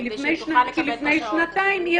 כדי שהיא תוכל לקבל -- כי לפני שנתיים אי